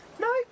No